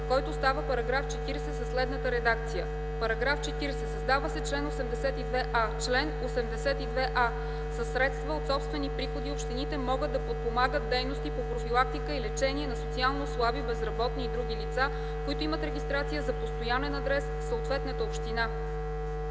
който става § 40 със следната редакция: „§ 40. Създава се чл. 82а: „Чл. 82а. Със средства от собствени приходи общините могат да подпомагат дейности по профилактика и лечение на социално слаби, безработни и други лица, които имат регистрация за постоянен адрес в съответната община.”